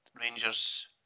Rangers